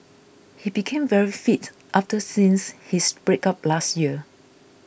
he became very fit after since his breakup last year